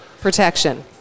protection